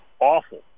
awful